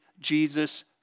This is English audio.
Jesus